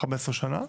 חמש עשרה שנה,